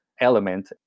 element